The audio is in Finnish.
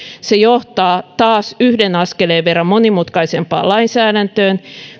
se johtaa taas yhden askeleen verran monimutkaisempaan lainsäädäntöön